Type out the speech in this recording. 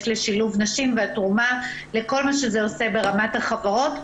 לשילוב נשים והתרומה לכל מה שזה עושה ברמת החברות,